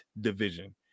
division